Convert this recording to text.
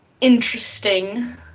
interesting